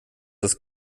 das